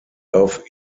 auf